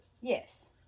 Yes